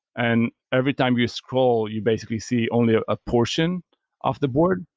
and every time you scroll, you basically see only a ah portion of the board.